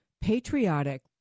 patriotic